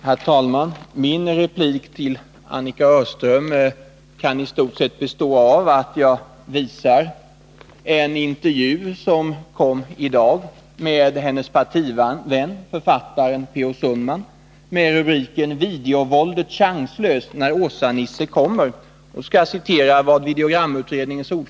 Herr talman! Min replik till Annika Öhrström kan i stort sett bestå av att jag läser upp en intervju med hennes partivän författaren P. O. Sundman - en intervju som presenteras i dag med rubriken ”Videovåldet chanslöst när Åsa-Nisse kommer”.